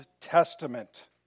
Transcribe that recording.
Testament